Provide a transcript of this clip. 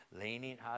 Leaning